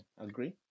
Agree